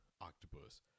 octopus